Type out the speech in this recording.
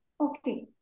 okay